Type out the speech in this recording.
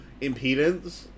impedance